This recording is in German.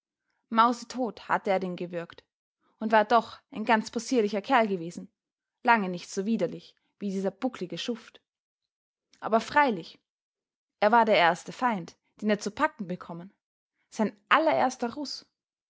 mausetot hatte er den gewürgt und war doch ein ganz possierlicher kerl gewesen lange nicht so widerlich wie dieser bucklige schuft aber freilich er war der erste feind den er zu packen bekommen sein allererster ruß